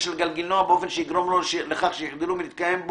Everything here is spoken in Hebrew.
כמו שדרשנו באופניים חשמליים גם בגלגינוע כיוון שזה כלי שנוסע בכביש.